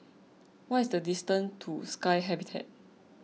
what is the distance to Sky Habitat